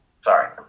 Sorry